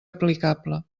aplicable